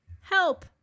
Help